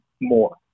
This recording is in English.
more